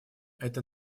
это